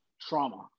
trauma